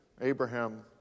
Abraham